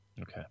okay